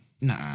Nah